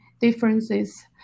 differences